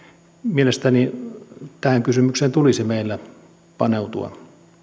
mielestäni tähän kysymykseen tulisi meillä paneutua